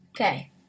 Okay